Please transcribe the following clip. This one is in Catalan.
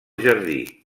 jardí